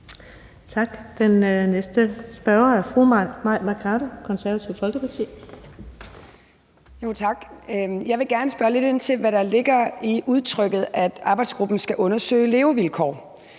Tak. Den næste spørger er fru Mai Mercado, Det Konservative Folkeparti. Kl. 10:30 Mai Mercado (KF): Tak. Jeg vil gerne spørge lidt ind til, hvad der ligger i udtrykket om, at arbejdsgruppen skal undersøge levevilkår.